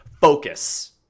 Focus